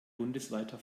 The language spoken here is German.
bundesweiter